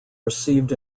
received